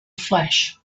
flesh